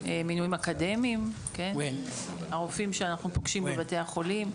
ומינויים אקדמיים והרופאים שאנחנו פוגשים בבתי החולים,